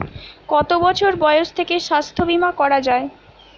কত বছর বয়স থেকে স্বাস্থ্যবীমা করা য়ায়?